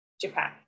Japan